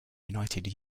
united